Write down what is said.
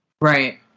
Right